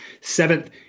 seventh